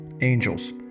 angels